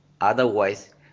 Otherwise